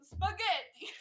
Spaghetti